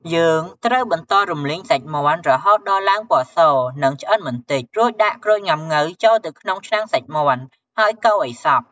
យើងត្រូវបន្តរំលីងសាច់មាន់រហូតដល់ឡើងពណ៌ស និងឆ្អិនបន្តិច រួចដាក់ក្រូចងាំង៉ូវចូលទៅក្នុងឆ្នាំងសាច់មាន់ ហើយកូរឲ្យសព្វ។